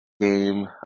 game